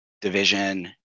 Division